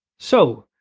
so,